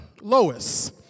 Lois